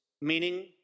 meaning